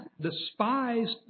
despised